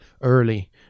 early